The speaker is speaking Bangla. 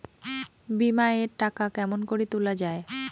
বিমা এর টাকা কেমন করি তুলা য়ায়?